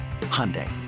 Hyundai